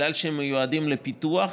אדוני היושב-ראש,